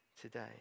today